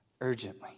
urgently